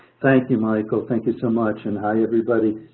thank you, michael, thank you so much and hi everybody.